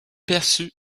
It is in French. perçu